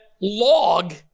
log